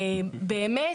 באמת